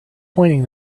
pointing